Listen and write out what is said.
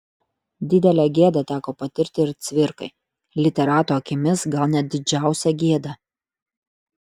didelę gėdą teko patirti ir cvirkai literato akimis gal net didžiausią gėdą